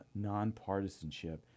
nonpartisanship